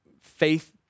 faith